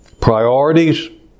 priorities